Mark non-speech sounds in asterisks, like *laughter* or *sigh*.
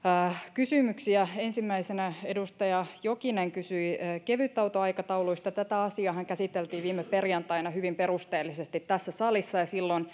kysymyksiä ensimmäisenä edustaja jokinen kysyi kevytautoaikatauluista tätä asiaahan käsiteltiin viime perjantaina hyvin perusteellisesti tässä salissa ja silloin *unintelligible*